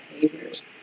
behaviors